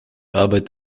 arbeit